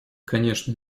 конечно